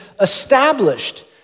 established